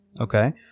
okay